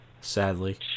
Sadly